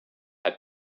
had